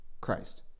christ